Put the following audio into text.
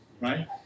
right